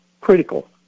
critical